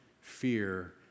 fear